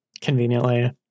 Conveniently